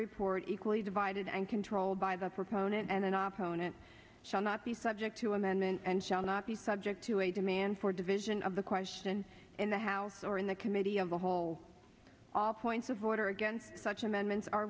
report equally divided and controlled by the proponent and then off own it shall not be subject to amendment and shall not be subject to a demand for division of the question in the house or in the committee of the whole all points of order against such amendments